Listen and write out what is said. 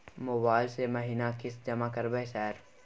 Mobile से महीना किस्त जमा करबै सर?